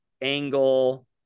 angle